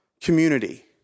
community